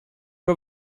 pas